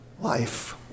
life